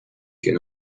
can